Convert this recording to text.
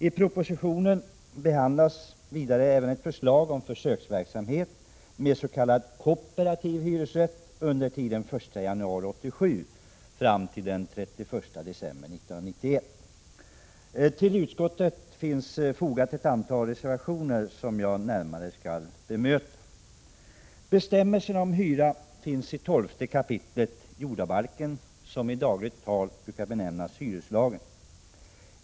I propositionen behandlas vidare ett förslag om försöksverksamhet med ss.k. kooperativ hyresrätt under tiden från den 1 januari 1987 till den 31 december 1991. Till utskottets betänkande finns fogat ett antal reservationer som jag här närmare skall bemöta. Bestämmelserna om hyra finns i 12 kap. jordabalken, som i dagligt tal brukar benämnas hyreslagen.